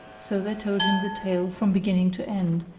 so they told him the tale from beginning to end,